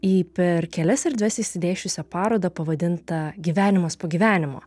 į per kelias erdves išsidėsčiusią parodą pavadintą gyvenimas po gyvenimo